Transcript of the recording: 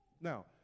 Now